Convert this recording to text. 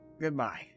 Goodbye